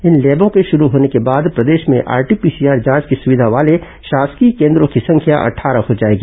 इन लैबों के शुरू होने के बाद प्रदेश में आरटी पीसीआर जांच की सुविधा वाले शासकीय केन्द्रों की संख्या अटठारह हो जाएगी